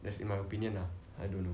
that's in my opinion ah I don't know